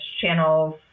channels